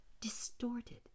distorted